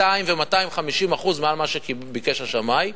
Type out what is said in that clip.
200% ו-250% מעל מה שביקש השמאי.